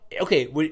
Okay